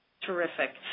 Terrific